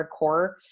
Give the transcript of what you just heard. hardcore